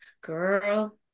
Girl